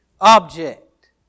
object